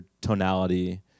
tonality